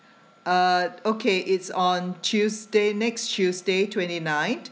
uh okay it's on tuesday next tuesday twenty nine